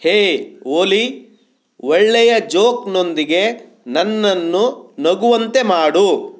ಹೇ ಓಲಿ ಒಳ್ಳೆಯ ಜೋಕ್ನೊಂದಿಗೆ ನನ್ನನ್ನು ನಗುವಂತೆ ಮಾಡು